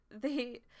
they-